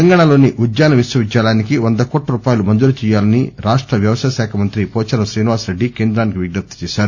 తెలంగాణాలోని ఉద్యాన విశ్వవిద్యాలయానికి వంద కోట్ల రూపాయలు మంజురు చేయాలని రాష్ట వ్యవసాయ శాఖ మంత్రి పోచారం శ్రీనివాసరెడ్డి కేంద్రానికి విజ్ఞప్తి చేశారు